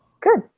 Good